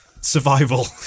Survival